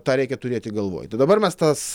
tą reikia turėti galvoj tai dabar mes tas